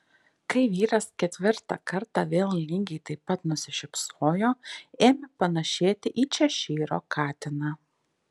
kai vyras ketvirtą kartą vėl lygiai taip pat nusišypsojo ėmė panašėti į češyro katiną